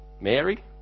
Mary